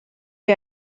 wir